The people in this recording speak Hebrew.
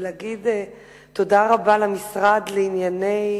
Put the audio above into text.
ולהגיד תודה רבה, משרד לענייני